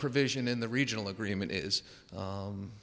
provision in the regional agreement is